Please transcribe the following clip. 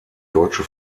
deutsche